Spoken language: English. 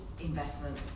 investment